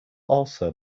also